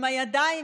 עם הידיים,